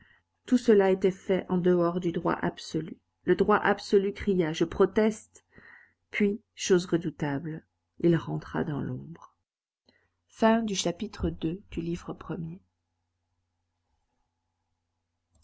tout cela était fait en dehors du droit absolu le droit absolu cria je proteste puis chose redoutable il rentra dans l'ombre chapitre iii